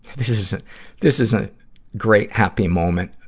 this is this is a great happy moment.